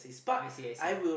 I see I see